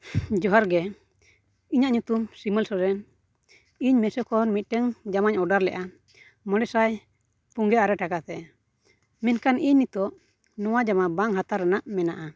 ᱡᱚᱦᱟᱨ ᱜᱮ ᱤᱧᱟᱹᱜ ᱧᱩᱛᱩᱢ ᱥᱤᱢᱟᱹᱞ ᱥᱚᱨᱮᱱ ᱤᱧ ᱢᱮᱥᱳ ᱠᱷᱚᱱ ᱢᱤᱫᱴᱮᱱ ᱡᱟᱢᱟᱧ ᱚᱰᱟᱨ ᱞᱮᱜᱼᱟ ᱢᱚᱬᱮ ᱥᱟᱭ ᱯᱩᱱᱜᱮ ᱟᱨᱮ ᱴᱟᱠᱟ ᱛᱮ ᱢᱮᱱᱠᱷᱟᱱ ᱤᱧ ᱱᱤᱛᱳᱜ ᱱᱚᱣᱟ ᱡᱟᱢᱟ ᱵᱟᱝ ᱦᱟᱛᱟᱣ ᱨᱮᱱᱟᱜ ᱢᱮᱱᱟᱜᱼᱟ